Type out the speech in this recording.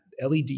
LED